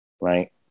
Right